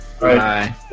Bye